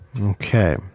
Okay